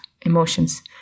emotions